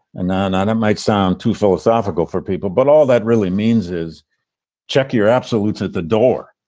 and know it might sound too philosophical for people, but all that really means is check your absolutes at the door.